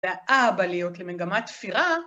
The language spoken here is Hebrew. והאהבליות למגמת תפירה.